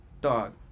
dog